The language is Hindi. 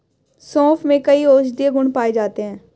सोंफ में कई औषधीय गुण पाए जाते हैं